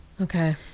Okay